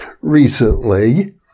recently